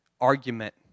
argument